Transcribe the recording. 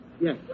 Yes